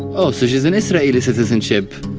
oh, so she's an israeli citizenship.